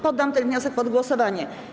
Poddam ten wniosek pod głosowanie.